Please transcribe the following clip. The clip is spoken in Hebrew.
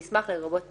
"מסמך" לרבות פלט,